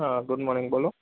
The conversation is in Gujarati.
હા ગુડ મોર્નિંગ બોલો